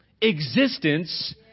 existence